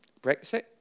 Brexit